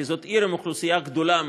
כי זאת עיר עם אוכלוסייה גדולה מאוד,